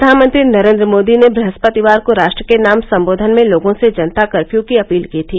प्रधानमंत्री नरेन्द्र मोदी ने बहस्पतिवार को राष्ट्र के नाम संबोधन में लोगों से जनता कर्फ्य की अपील की थी